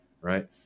right